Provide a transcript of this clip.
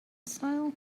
style